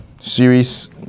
series